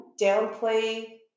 downplay